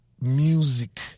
music